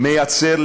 יוצר,